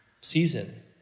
season